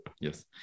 yes